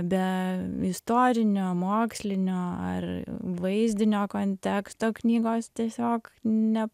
be istorinio mokslinio ar vaizdinio konteksto knygos tiesiog ne